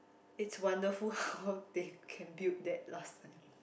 it's wonderful how they can build that last time